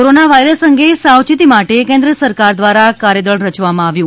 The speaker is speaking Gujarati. કોરોના વાયરસ અંગે સાવચેતી માટે કેન્દ્ર સરકાર દ્વારા કાર્યદળ રચવામાં આવ્યું